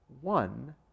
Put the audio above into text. one